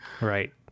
Right